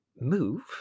Move